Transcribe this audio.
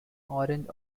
orange